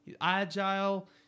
Agile